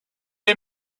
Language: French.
est